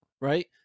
right